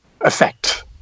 effect